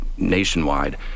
nationwide